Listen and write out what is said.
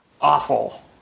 awful